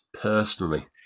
personally